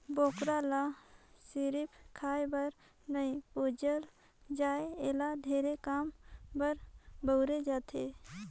बोकरा ल सिरिफ खाए बर नइ पूजल जाए एला ढेरे काम बर बउरे जाथे